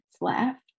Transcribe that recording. left